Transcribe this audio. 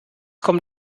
kommt